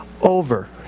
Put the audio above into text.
over